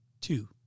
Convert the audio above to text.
two